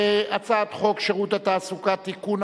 הצעת חוק שירות התעסוקה (תיקון,